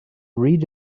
read